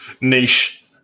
Niche